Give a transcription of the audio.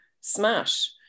smash